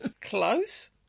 Close